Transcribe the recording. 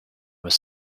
was